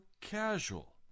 casual